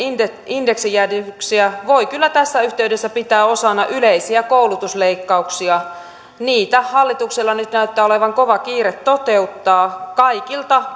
indeksijäädytyksiä voi kyllä tässä yhteydessä pitää osana yleisiä koulutusleikkauksia niitä hallituksella nyt näyttää olevan kova kiire toteuttaa kaikilta